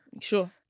Sure